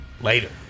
later